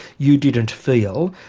you didn't feel,